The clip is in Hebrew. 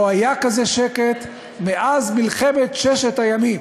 לא היה כזה שקט מאז מלחמת ששת הימים,